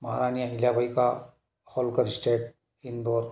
महारानी अहिल्याबाई का होलकर स्टेट इंदौर